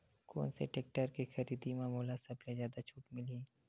कोन से टेक्टर के खरीदी म मोला सबले जादा छुट मिलही?